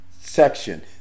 section